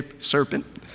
serpent